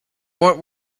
what